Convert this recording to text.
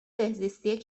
بهزیستی